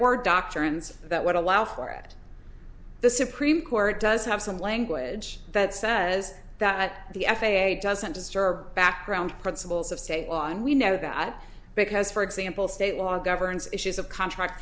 were doctrines that would allow for it the supreme court does have some language that says that the f a a doesn't disturb background principles of state law and we know that because for example state law governs issues of contract